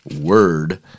word